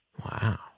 Wow